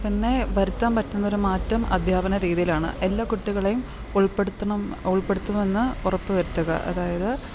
പിന്നെ വരുത്താൻ പറ്റുന്നൊരു മാറ്റം അധ്യാപന രീതിയിലാണ് എല്ലാ കുട്ടികളെയിെ ഉൾപ്പെടുത്തണം ഉൾപ്പെടുത്തുമെന്ന് ഉറപ്പു വരുത്തുക അതായത്